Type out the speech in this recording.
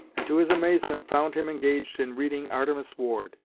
and to his amazement found him engaged in reading artemus ward.